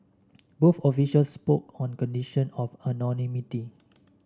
both officials spoke on condition of anonymity